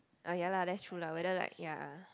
oh ya lah that's true lah whether like ya